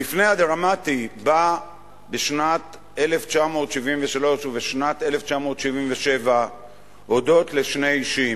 המפנה הדרמטי בא בשנת 1973 ובשנת 1977 הודות לשני אישים: